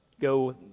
go